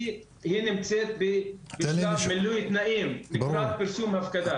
היא נמצאת בלשכה, מילוי תנאים לקראת פרסום הפקדה.